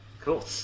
Cool